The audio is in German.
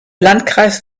landkreis